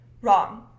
Wrong